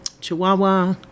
Chihuahua